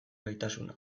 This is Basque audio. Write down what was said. gaitasuna